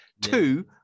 two